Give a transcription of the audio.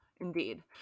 Indeed